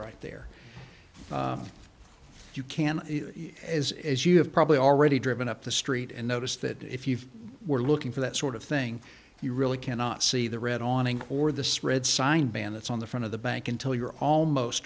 right there you can as as you have probably already driven up the street and noticed that if you were looking for that sort of thing you really cannot see the red on it or the spread sign band it's on the front of the bank until you're almost